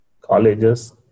colleges